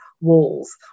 walls